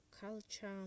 culture